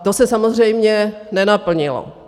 To se samozřejmě nenaplnilo.